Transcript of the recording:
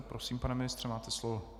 Prosím, pane ministře, máte slovo.